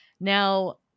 Now